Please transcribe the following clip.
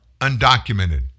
undocumented